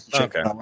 okay